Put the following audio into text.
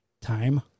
Time